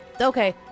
Okay